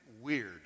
weird